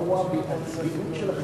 להעביר את הנושא לוועדת החינוך,